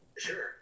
sure